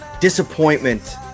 disappointment